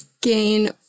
Gain